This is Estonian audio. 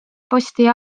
posti